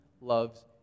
loves